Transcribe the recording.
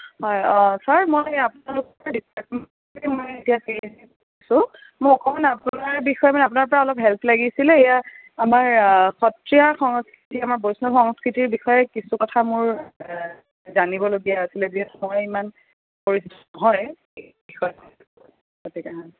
হয় ছাৰ মই আপোনালোকৰ মোক অকণমান আপোনাৰ বিষয়ে মানে আপোনাৰ পৰা হেল্প লাগিছিলে এইয়া আমাৰ সত্ৰীয়া সংস্কৃতি আমাৰ বৈষ্ণৱ সংস্কৃতিৰ বিষয়ে কিছু কথা মোৰ জানিবলগীয়া আছিলে যিহেতু মই ইমান